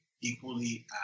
equally